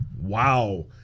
Wow